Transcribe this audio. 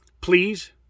Please